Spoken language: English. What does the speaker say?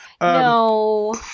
No